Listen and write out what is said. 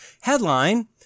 headline